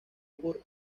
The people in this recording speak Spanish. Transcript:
por